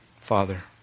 Father